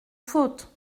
faute